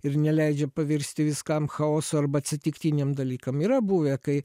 ir neleidžia pavirsti viskam chaosu arba atsitiktiniam dalykam yra buvę kai